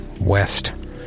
west